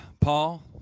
Paul